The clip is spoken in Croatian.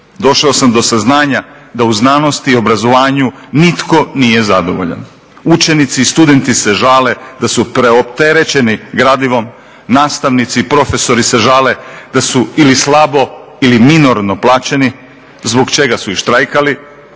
Došao sam do saznanja da u znanosti i obrazovanju nitko nije zadovoljan. Učenici i studenti se žale da su preopterećeni gradivom, nastavnici i profesori se žale da su ili slabo ili minorno plaćeni zbog čega su i štrajkali,